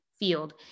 field